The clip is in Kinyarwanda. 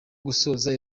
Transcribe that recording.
gusoza